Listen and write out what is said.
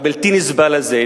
הבלתי-נסבל הזה,